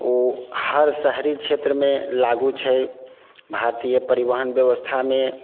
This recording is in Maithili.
ओ हर शहरी क्षेत्रमे लागू छै भारतीय परिवहन व्यवस्थामे